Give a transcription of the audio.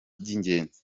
by’ingenzi